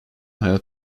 hayat